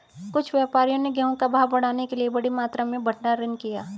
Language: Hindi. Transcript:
कुछ व्यापारियों ने गेहूं का भाव बढ़ाने के लिए बड़ी मात्रा में भंडारण किया